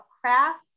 craft